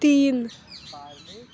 تین